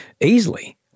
easily